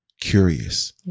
curious